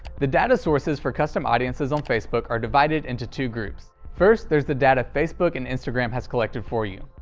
the data sources for custom audiences on facebook are divided into two groups. first, there's the data facebook and instagram has collected for you,